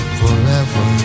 forever